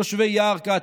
תושבי ירכא,